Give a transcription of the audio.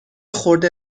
خورده